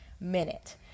minute